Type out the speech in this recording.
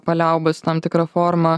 paliaubas tam tikra forma